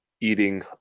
eating